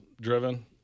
driven